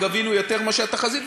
גבינו יותר מאשר התחזית,